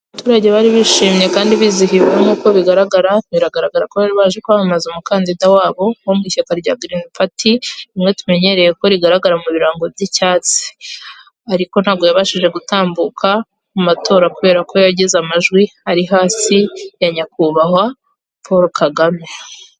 Abaturage bari bishimye kandi bizihiwe nkuko bigaragara, biragaragara ko bari baje kwamamaza umukandida wabo wo mu ishyaka rya girini pati nibo tumenyereye ko rigaragara mu birango by'icyatsi. Ariko ntabwo yabashije gutambuka mu matora kubera ko yagize amajwi ari hasi ya nyakubahwa Paul Kagame.